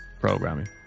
programming